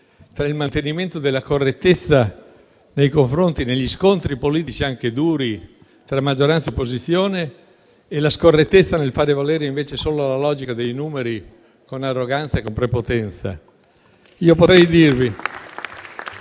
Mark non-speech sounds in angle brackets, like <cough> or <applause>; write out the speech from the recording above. tra il mantenimento della correttezza negli scontri politici anche duri tra maggioranza e opposizione e la scorrettezza nel far valere invece solo la logica dei numeri con arroganza e con prepotenza? <applause>